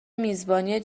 میزبانی